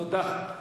תודה.